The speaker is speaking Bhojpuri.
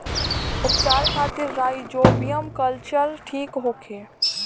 उपचार खातिर राइजोबियम कल्चर ठीक होखे?